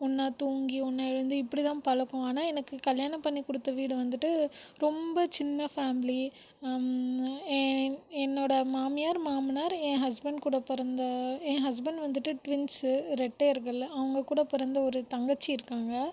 ஒன்றா தூங்கி ஒன்றா எழுந்து இப்படித்தான் பழக்கம் ஆனால் எனக்கு கல்யாணம் பண்ணி கொடுத்த வீடு வந்துட்டு ரொம்ப சின்ன ஃபேமிலி என் என்னோட மாமியார் மாமனார் என் ஹஸ்பெண்ட் கூட பிறந்த என் ஹஸ்பெண்ட் வந்துட்டு டுவின்ஸ் ரெட்டையர்கள் அவங்க கூட பிறந்த ஒரு தங்கச்சி இருக்காங்க